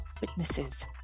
witnesses